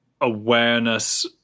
awareness